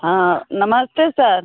हाँ नमस्ते सर